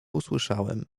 usłyszałem